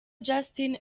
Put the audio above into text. justin